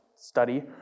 Study